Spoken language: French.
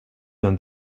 d’un